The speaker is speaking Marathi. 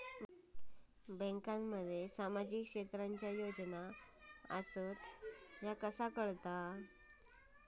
बँकांमध्ये सामाजिक क्षेत्रांच्या योजना आल्या की कसे कळतत?